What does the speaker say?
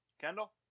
Kendall